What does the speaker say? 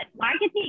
marketing